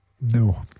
No